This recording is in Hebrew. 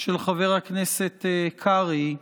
של חבר הכנסת קרעי,